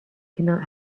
cannot